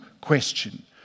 question